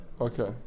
Okay